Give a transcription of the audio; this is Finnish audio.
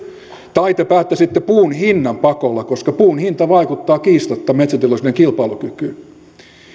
tai että te päättäisitte puun hinnan pakolla koska puun hinta vaikuttaa kiistatta metsäteollisuuden kilpailukykyyn